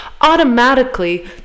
automatically